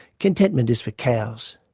contentment is for cows.